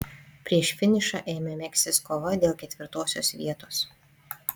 prieš finišą ėmė megztis kova dėl ketvirtosios vietos